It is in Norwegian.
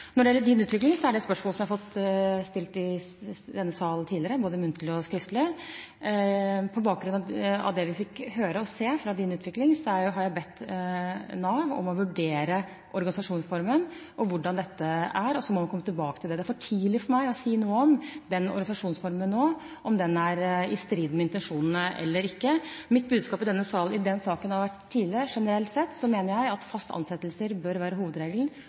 Når det gjelder Din Utvikling, er det spørsmål jeg er blitt stilt i denne sal tidligere, både muntlig og skriftlig. På bakgrunn av det vi fikk høre og se fra Din Utvikling, har jeg bedt Nav om å vurdere organisasjonsformen og hvordan dette er, og så må man komme tilbake til det. Det er for tidlig for meg å si noe om den organisasjonsformen nå – om den er i strid med intensjonene eller ikke. Mitt budskap i denne sal i den saken har vært tydelig: Generelt sett mener jeg at faste ansettelser bør være hovedregelen,